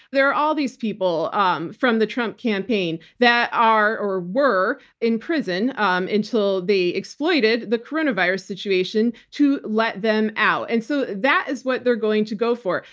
there are all these people um from the trump campaign that are or were in prison um until they exploited the coronavirus situation to let them out. and so that is what they're going to go for.